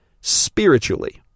spiritually